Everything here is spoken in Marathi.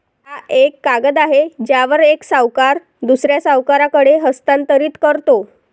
हा एक कागद आहे ज्यावर एक सावकार दुसऱ्या सावकाराकडे हस्तांतरित करतो